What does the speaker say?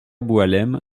boualem